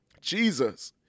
Jesus